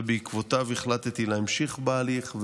ובעקבותיו החלטתי להמשיך בהליך.